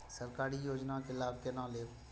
सरकारी योजना के लाभ केना लेब?